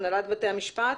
מהנהלת בתי המשפט.